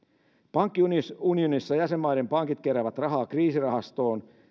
pankkiunionissa jäsenmaiden pankit keräävät rahaa kriisirahastoon